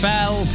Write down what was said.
Fell